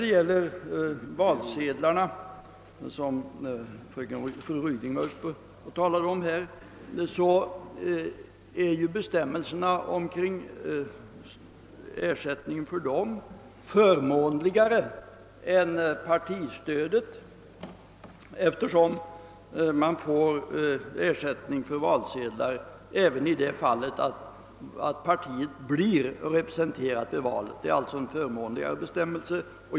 De bestämmelser om ersättning för valsedlarna som fru Ryding talade om är faktiskt förmånligare än partistödet, eftersom man får ersättning för valsedelskostnaderna i sådana fall då partiet blir representerat i vederbörande församling.